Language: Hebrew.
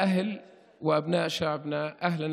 (אומר דברים בשפה הערבית, להלן תרגומם: